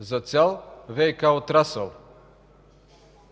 за цял ВиК отрасъл,